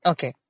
Okay